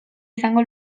izango